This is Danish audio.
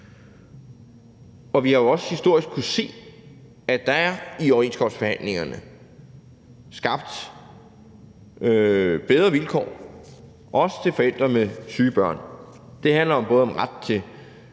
og vi har jo historisk også kunnet se, at der i overenskomstforhandlingerne er skabt bedre vilkår, også til forældre med syge børn. Det handler jo i